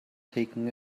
taken